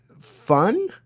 fun